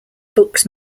books